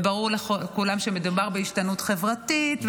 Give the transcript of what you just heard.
וברור לכולם שמדובר בהשתנות חברתית,